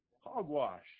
Hogwash